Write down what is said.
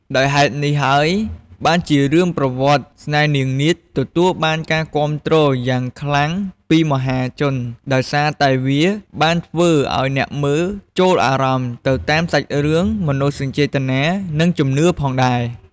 ដោយហេតុនេះហើយបានជារឿងប្រវត្តិស្នេហ៍នាងនាថទទួលបានការគាំទ្រយ៉ាងខ្លាំងពីមហាជន ដោយសារតែវាបានធ្វើអោយអ្នកមើលចូលអារម្មណ៍ទៅតាមសាច់រឿង មនោសញ្ចេតនា និងជំនឿផងដែរ ។